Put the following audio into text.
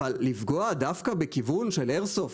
אבל לפגוע דווקא בכיוון של איירסופט,